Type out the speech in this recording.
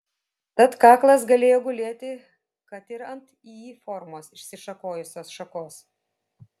tad kaklas galėjo gulėti kad ir ant y forma išsišakojusios šakos